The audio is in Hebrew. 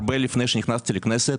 הרבה לפני שנכנסתי לכנסת,